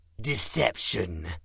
Deception